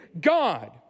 God